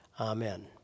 Amen